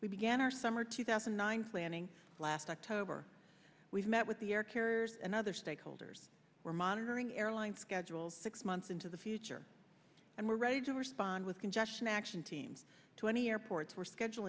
we began our summer two thousand and nine planning last october we've met with the air carriers and other stakeholders we're monitoring airline schedules six months into the future and we're ready to respond with congestion action teams to any airports or schedule